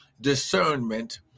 discernment